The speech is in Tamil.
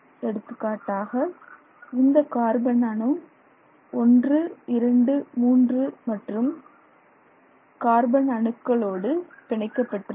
எடுத்துக்காட்டாக இந்த கார்பன் அணு 123 மற்றும் கார்பன் அணுக்களோடு பிணைக்கப்பட்டுள்ளது